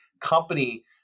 company